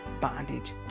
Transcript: bondage